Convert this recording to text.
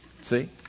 See